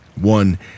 One